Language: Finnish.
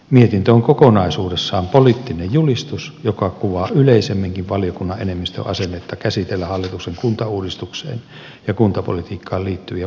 mietintö on kokonaisuudessaan poliittinen julistus joka kuvaa yleisemminkin valiokunnan enemmistön asennetta käsitellä hallituksen kuntauudistukseen ja kuntapolitiikkaan liittyviä vaikeita kysymyksiä